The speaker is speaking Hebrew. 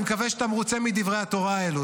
אני מקווה שאתה מרוצה מדברי התורה האלו,